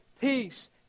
peace